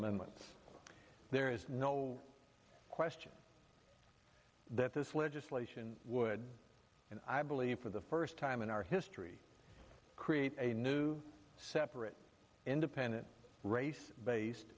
amendment there is no question that this legislation would and i believe for the first time in our history create a new separate independent race based